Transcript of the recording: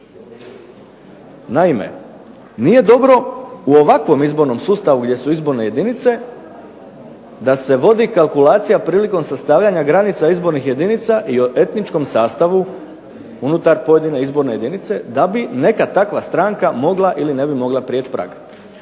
Naime, nije dobro u ovakvom izbornom sustavu gdje su izborne jedinice da se vodi kalkulacija prilikom sastavljanja granica izbornih jedinica i o etničkom sastavu unutar pojedine izborne jedinice, da bi neka takva stranka mogla ili ne bi mogla prijeći prag.